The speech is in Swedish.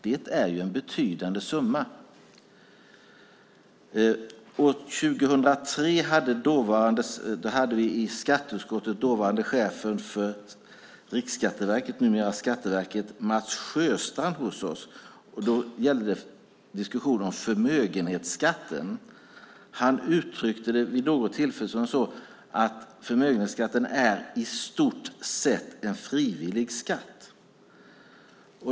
Det är en betydande summa. År 2003 besökte dåvarande chefen för Riksskatteverket, numera Skatteverket, Mats Sjöstrand skatteutskottet. Diskussionen gällde förmögenhetsskatten. Han uttryckte vid något tillfälle att förmögenhetsskatten i stort sett är en frivillig skatt.